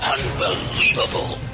Unbelievable